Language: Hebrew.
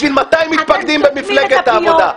בשביל 200 מתפקדים במפלגת העבודה.